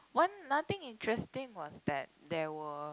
one nothing interesting was that there were